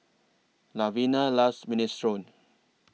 Lavina loves Minestrone